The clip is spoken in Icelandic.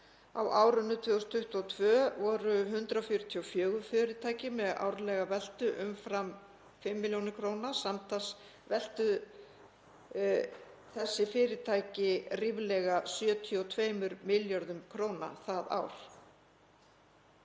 Á árinu 2022 voru 144 fyrirtæki með árlega veltu umfram 5 millj. kr. Samtals veltu þessi fyrirtæki ríflega 72 milljörðum kr. það ár.